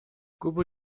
куба